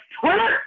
Twitter